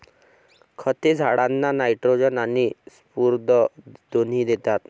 खते झाडांना नायट्रोजन आणि स्फुरद दोन्ही देतात